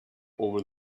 over